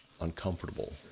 uncomfortable